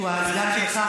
שהוא הסגן שלך,